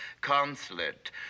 Consulate